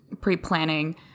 pre-planning